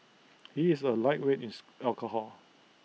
he is A lightweight in alcohol